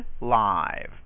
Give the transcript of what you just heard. live